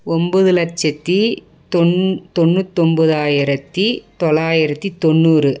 ஒம்பது லட்சத்தி தொண்ணுத்தொம்பதாயிரத்து தொள்ளாயிரத்தி தொண்ணூறு